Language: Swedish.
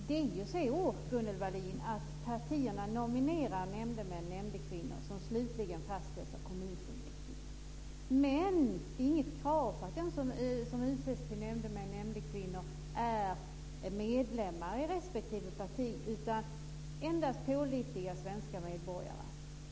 Det är ju så, Gunnel Wallin, att partierna nominerar nämndemän och nämndekvinnor som slutligen fastställs av kommunfullmäktige, men det är inget krav på att de som utses till nämndemän och nämndekvinnor ska vara medlemmar i respektive parti utan endast på att de ska vara pålitliga svenska medborgare.